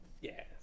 Yes